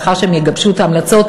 לאחר שהם יגבשו את ההמלצות,